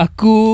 Aku